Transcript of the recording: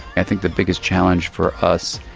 i think the biggest challenge for us,